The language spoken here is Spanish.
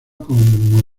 como